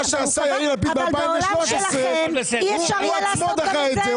יאיר לפיד ב-2013 הוא עצמו דחה את זה.